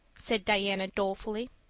said diana dolefully.